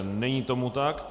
Není tomu tak.